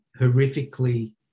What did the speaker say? horrifically